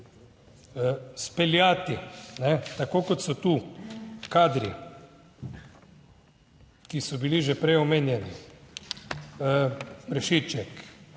speljati tako kot so tu kadri, ki so bili že prej omenjeni. Prešiček,